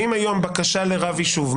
היום במקרה של בקשה לרב יישוב,